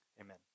Amen